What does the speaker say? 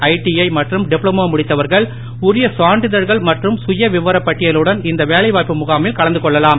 ITI மற்றும் diploma முடித்தவர்கள் உரிய சான்றிதழ்கள் மற்றும் சுயவிவரப் பட்டியலுடன் இந்த வேலை வாய்ப்பு முகாமில் கலந்து கொள்ளலாம்